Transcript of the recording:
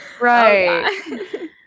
Right